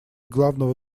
главного